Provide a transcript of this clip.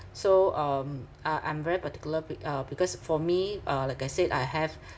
so um uh I'm very particular be~ uh because for me uh like I said I have